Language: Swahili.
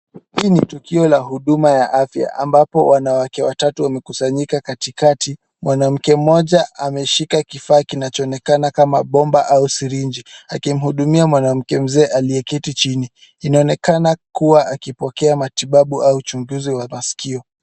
Hii ni tukio la huduma za kiafya ambapo wanawake watatu wamekusanyika katikati. Mwanamke mmoja ameshika kifaa kinachoonekana kama bomba ama sirinji, akimhudumia mwanamke mzee aliyeketi chini. Inaonekana kuwa akipokea matibabu au uchunguzi wa masikio.